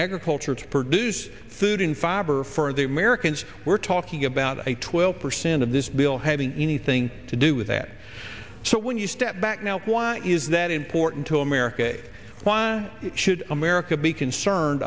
agriculture to produce food and fiber for the americans we're talking about a twelve percent of this bill having anything to do with that so when you step back now why is that important to america why should america be concerned